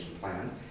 plans